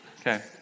Okay